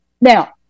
now